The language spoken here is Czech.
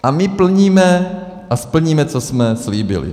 A my plníme, a splníme, co jsme slíbili.